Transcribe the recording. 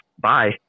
bye